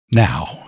Now